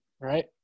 Right